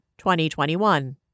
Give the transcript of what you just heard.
2021